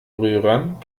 rührern